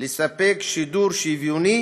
לספק שידור שוויוני